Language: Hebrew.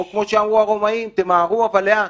או כמו שאמרו הרומאים: תמהרו אבל לאט,